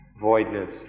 voidness